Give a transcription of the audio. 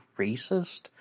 racist